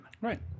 Right